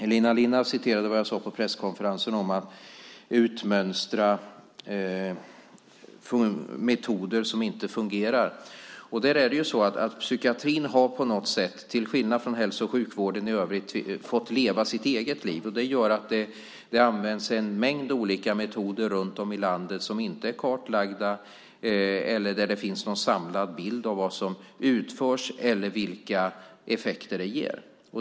Elina Linna citerade vad jag sade på presskonferensen om att utmönstra metoder som inte fungerar. Psykiatrin har på något sätt, till skillnad från hälso och sjukvården i övrigt, fått leva sitt eget liv. Det gör att det används en mängd olika metoder runt om i landet som inte är kartlagda eller där det finns någon samlad bild av vad som utförs eller vilka effekter det ger.